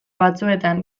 batzuetan